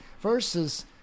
versus